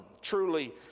truly